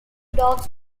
dogs